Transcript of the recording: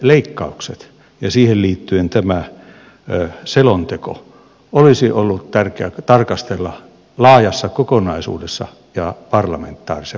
puolustusvoimauudistusta ja siihen liittyen puolustusvoimiin kohdistuneita leikkauksia ja siihen liittyen tätä selontekoa olisi ollut tärkeää tarkastella laajassa kokonaisuudessa ja parlamentaarisen valmistelun pohjalta